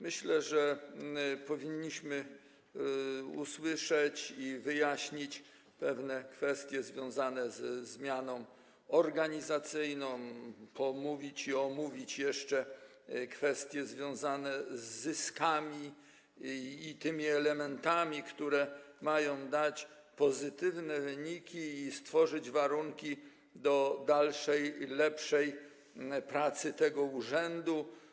Myślę, że powinniśmy usłyszeć i wyjaśnić pewne kwestie związane ze zmianą organizacyjną, pomówić i omówić jeszcze kwestie związane z zyskami i tymi elementami, które mają dać pozytywne wyniki i stworzyć warunki do dalszej i lepszej pracy tego urzędu.